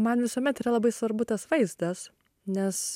man visuomet yra labai svarbu tas vaizdas nes